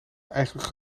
eigenlijk